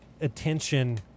attention